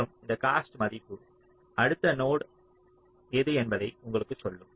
மற்றும் இந்த காஸ்ட் மதிப்பு அடுத்த நோடு எது என்பதை உங்களுக்குச் சொல்லும்